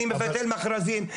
אני מבטל מכרזים,